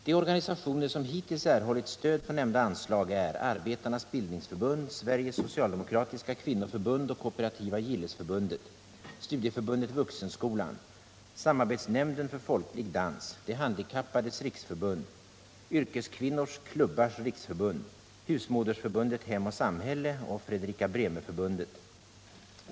De organisationer som hittills erhållit stöd från nämnda anslag är Arbetarnas bildningsförbund, Sveriges socialdemokratiska kvinnoförbund och Kooperativa gillesförbundet, Studieförbundet Vuxenskolan, Samarbetsnämnden för folklig dans, De handikappades riksförbund, Yrkeskvinnors klubbars riksförbund, Husmodersförbundet Hem och samhälle och Fredrika Bremer-förbundet.